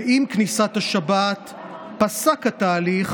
ועם כניסת השבת פסק התהליך,